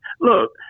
Look